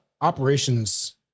operations